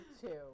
two